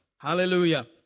Hallelujah